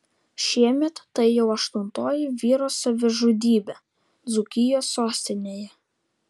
šiemet tai jau aštuntoji vyro savižudybė dzūkijos sostinėje